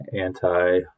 anti